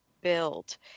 build